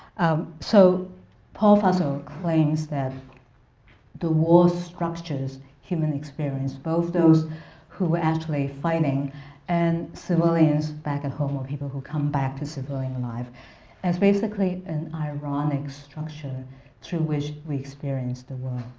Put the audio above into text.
so paul fussell claims that the war structures human experience, both those who were actually fighting and civilians back at home or people who come back to civilian life as basically an ironic structure through which we experience the world.